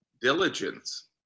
diligence